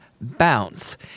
bounce